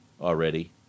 already